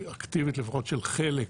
אקטיבית לפחות של חלק